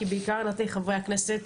כי בעיקר נתתי לחברי הכנסת לדבר,